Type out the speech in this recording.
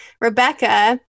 Rebecca